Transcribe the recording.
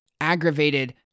aggravated